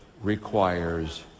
requires